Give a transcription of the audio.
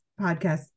podcast